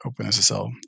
OpenSSL